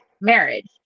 marriage